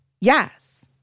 Yes